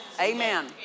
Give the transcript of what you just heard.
Amen